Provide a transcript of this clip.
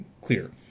clear